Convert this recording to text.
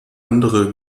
andere